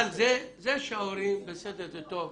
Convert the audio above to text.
אבל זה שההורים בסדר, זה טוב.